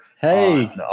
Hey